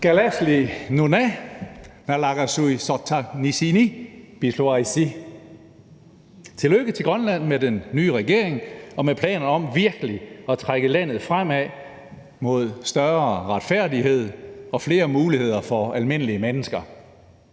Kalaallit Nunaat naalakkersui-sortaarnissinni pilluaritsi. Tillykke til Grønland med den nye regering og med planer om virkelig at trække landet fremad mod større retfærdighed og flere muligheder for almindelige mennesker.